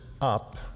up